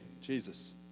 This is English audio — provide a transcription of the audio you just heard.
Jesus